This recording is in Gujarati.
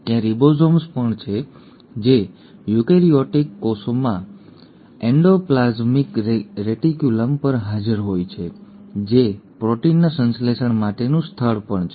ત્યાં રીબોસોમ્સ પણ છે જે યુકેરીયોટિક કોષોમાં એન્ડોપ્લાઝમિક રેટિક્યુલમ પર હાજર હોય છે જે પ્રોટીનના સંશ્લેષણ માટેનું સ્થળ પણ છે